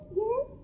yes